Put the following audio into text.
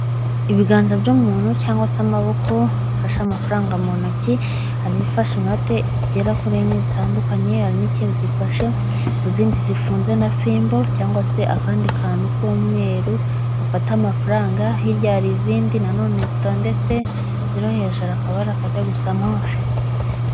Ibiganza by'umuntu cyangwa se amaboko bifashe amafaranga mu ntoki harifashe inote zigera kuri enye zitandukanye hari n'ikindi gifashe ku zindi zifunze na fimbo cyangwa se akandi kantu k'umweru gafata amafaranga hiryariye izindi na nonene zitondetse zirohe hejuru akabara kajya gusa move.